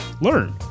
learn